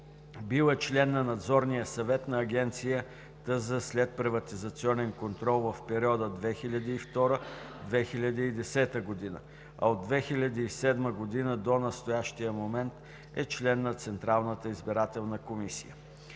бил е член на Надзорния съвет на Агенцията за следприватизационен контрол в периода 2002 – 2010 г., а от 2007 г. до настоящия момент е член на Централната избирателна комисия.